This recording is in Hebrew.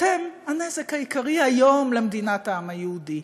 אתם הנזק העיקרי היום למדינת העם היהודי.